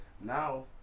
Now